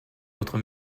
votre